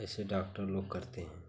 ऐसे डॉक्टर लोग करते हैं